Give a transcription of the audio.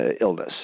illness